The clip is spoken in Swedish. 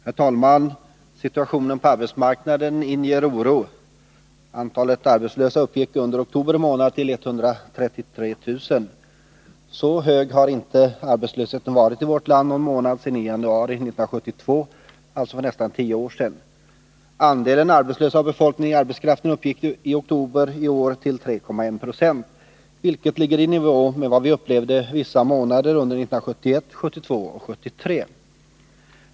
Herr talman! Situationen på arbetsmarknaden inger oro. Antalet arbetslösa uppgick under oktober månad till 133 000. Så hög har inte arbetslösheten varit i vårt land någon månad sedan i januari 1972, alltså för nästan tio år sedan. Andelen arbetslösa av befolkningen i arbetsför ålder uppgick i oktober i år till 3,1 96, vilket ligger i nivå med vad vi upplevde vissa månader under åren 1971, 1972 och 1973.